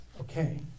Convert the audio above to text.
okay